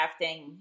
crafting